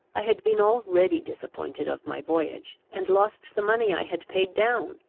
i had been already disappointed of my voyage, and lost the money i had paid, down,